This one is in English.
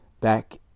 Back